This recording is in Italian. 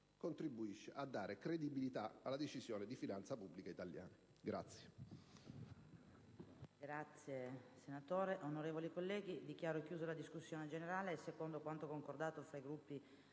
contribuisce a dare credibilità alla decisione di finanza pubblica italiana.